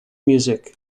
music